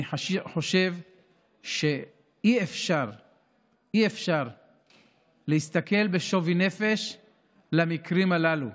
אני חושב שאי-אפשר להסתכל בשוויון נפש על המקרים הללו.